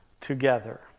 together